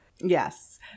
yes